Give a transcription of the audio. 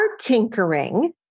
tinkering